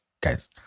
guys